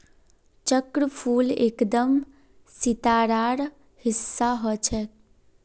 चक्रफूल एकदम सितारार हिस्सा ह छेक